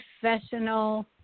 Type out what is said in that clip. professional